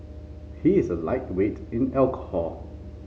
he is a lightweight in alcohol